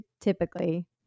typically